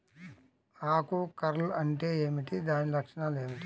ఆకు కర్ల్ అంటే ఏమిటి? దాని లక్షణాలు ఏమిటి?